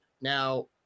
Now